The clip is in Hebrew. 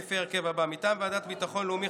לפי ההרכב הבא: מטעם הוועדה לביטחון לאומי,